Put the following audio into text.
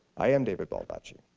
am david baldacci.